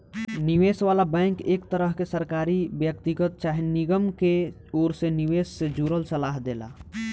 निवेश वाला बैंक एक तरह के सरकारी, व्यक्तिगत चाहे निगम के ओर से निवेश से जुड़ल सलाह देला